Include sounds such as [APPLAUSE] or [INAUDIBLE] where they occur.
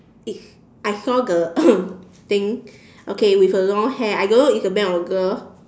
it's I saw the [COUGHS] thing okay with a long hair I don't know it's a man or a girl